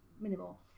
minimal